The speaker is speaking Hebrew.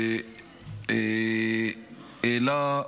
והעלה,